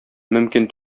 мөмкин